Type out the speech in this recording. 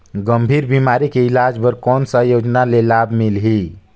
गंभीर बीमारी के इलाज बर कौन सा योजना ले लाभ मिलही?